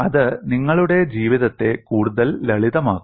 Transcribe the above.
അത് നിങ്ങളുടെ ജീവിതത്തെ കൂടുതൽ ലളിതമാക്കുന്നു